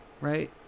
right